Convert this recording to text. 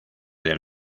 del